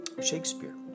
Shakespeare